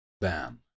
Bam